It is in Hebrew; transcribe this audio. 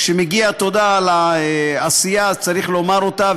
כשמגיעה תודה על עשייה אז צריך לומר אותה,